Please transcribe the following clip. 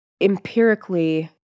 empirically